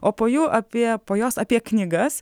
o po jų apie po jos apie knygas